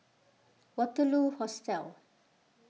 Waterloo Hostel